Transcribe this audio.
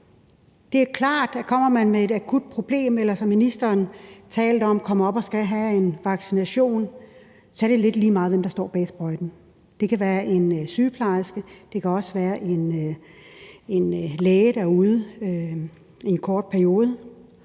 Det er klart, at kommer man med et akut problem eller, som ministeren talte om, kommer op og skal have en vaccination, så er det lidt lige meget, hvem der står bag sprøjten. Det kan være en sygeplejerske, og det kan også være en læge, der er ude i en kort periode.